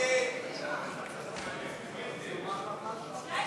מסדר-היום את הצעת חוק ביטוח בריאות ממלכתי (תיקון,